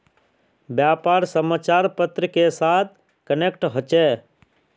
व्यापार समाचार पत्र के साथ कनेक्ट होचे?